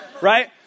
right